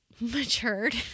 matured